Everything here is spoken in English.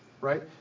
right